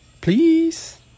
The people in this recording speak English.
Please